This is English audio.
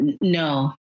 No